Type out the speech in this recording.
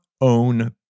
own